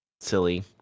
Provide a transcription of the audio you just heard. silly